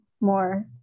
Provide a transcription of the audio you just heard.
more